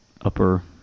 upper